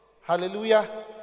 Hallelujah